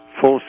full